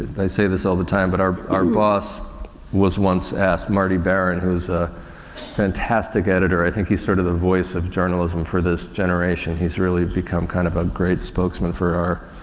i say this all the time. but our, our boss was once asked marty baron who's a fantastic editor, i think he's sort of the voice of journalism for this generation he's really become kind of a great spokesman for our,